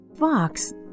Fox